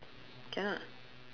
cannot